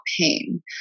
pain